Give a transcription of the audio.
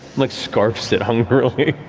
like scarfs it hungrily.